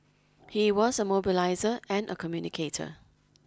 he was a mobiliser and a communicator